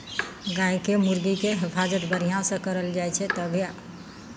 गायके मुरगीके हिफाजत बढ़िआँसँ करल जाइ छै तभिए